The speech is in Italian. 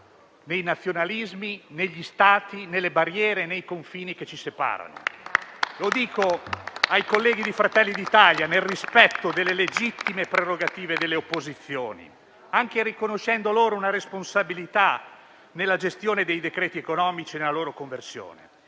nei nazionalismi, negli Stati, nelle barriere e nei confini che ci separano. Lo dico ai colleghi di Fratelli d'Italia, nel rispetto delle legittime prerogative delle opposizioni, anche riconoscendo loro una responsabilità nella gestione dei decreti economici nella loro conversione.